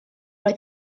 oedd